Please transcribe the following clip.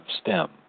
stem